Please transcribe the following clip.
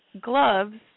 gloves